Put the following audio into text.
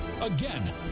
Again